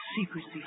secrecy